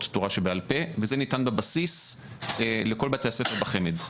תורה שבעל-פה וזה ניתן בבסיס לכל בתי הספר בחמ"ד.